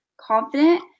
confident